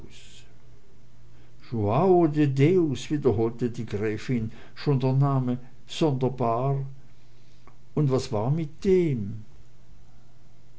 de deus wiederholte die gräfin schon der name sonderbar und was war es mit dem